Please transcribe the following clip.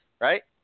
Right